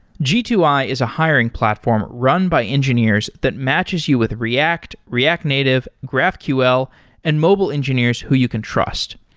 g two i is a hiring platform run by engineers that matches you with react, react native, graphql and mobile engineers who you can trust.